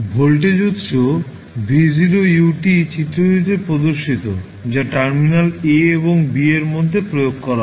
এখন ভোল্টেজ উত্স V0uচিত্রটিতে প্রদর্শিত যা টার্মিনাল a এবং b এর মধ্যে প্রয়োগ করা হয়